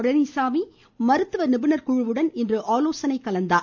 பழனிச்சாமி மருத்துவ நிபுணர் குழுவுடன் இன்று ஆலோசனை கலந்தார்